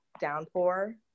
downpour